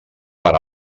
per